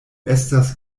estas